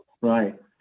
Right